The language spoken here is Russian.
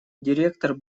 директор